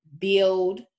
build